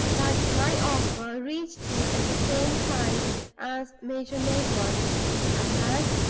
that my offer reached you at the same time as major milroy's and that,